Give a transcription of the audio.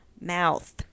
mouth